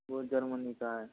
वो जर्मनी का है